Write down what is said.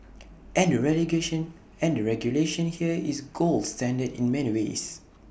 and the regulation here is gold standard in many ways